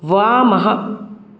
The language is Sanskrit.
वामः